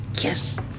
Yes